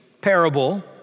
parable